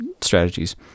strategies